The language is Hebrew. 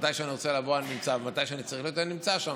מתי שאני רוצה לבוא אני נמצא ומתי שאני צריך להיות אני נמצא שם.